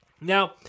Now